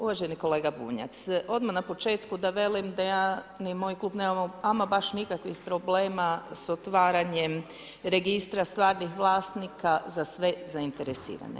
Uvaženi kolega Bunjac, odmah na početku da velim da ja ni moj klub nemamo ama baš nikakvih problema s otvaranjem Registra stvarnih vlasnika za sve zainteresirane.